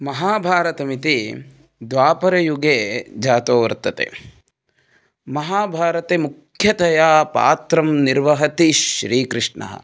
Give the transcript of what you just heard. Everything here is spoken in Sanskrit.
महाभारतमिति द्वापरयुगे जातः वर्तते महाभारते मुख्यतया पात्रं निर्वहति श्रीकृष्णः